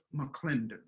McClendon